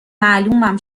معلومم